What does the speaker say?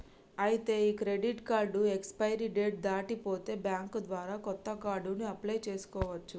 ఐతే ఈ credit card expiry date దాటి పోతే బ్యాంక్ ద్వారా కొత్త కార్డుని అప్లయ్ చేసుకోవచ్చు